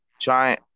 trying